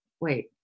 wait